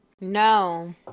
No